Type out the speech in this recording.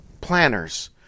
planners